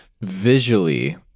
Visually